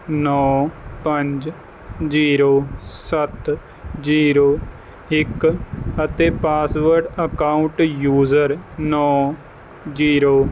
ਨੌ ਪੰਜ ਜ਼ੀਰੋ ਸੱਤ ਜ਼ੀਰੋ ਇੱਕ ਅਤੇ ਪਾਸਵਰਡ ਅਕਾਊਂਟ ਯੂਜਰ ਨੌ ਜ਼ੀਰੋ